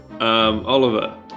Oliver